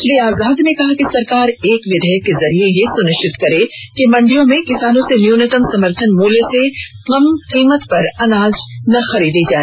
श्री आजाद ने कहा कि सरकार एक विधेयक के जरिये यह सुनिश्चित करे कि मंडियों में किसानों से न्यूनतम समर्थन मूल्य से कम कीमत पर अनाज न खरीदा जाए